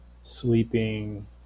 sleeping